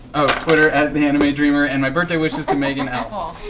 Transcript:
oh, twitter and theanimedreamer and my birthday wishes to meghan l. ah